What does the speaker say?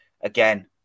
again